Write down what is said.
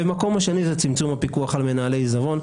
הדבר השני זה צמצום הפיקוח על מנהלי העיזבון,